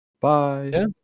bye